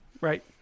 right